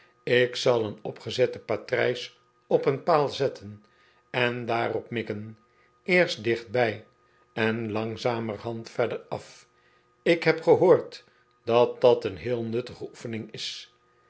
ik zal een opgezetten patrijs op een paal zetten en daarop mikken eerst dichtbij'en langzamerhand verderaf ik heb gehoord dat dat een heel nuttige oefening is